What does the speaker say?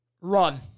Run